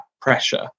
pressure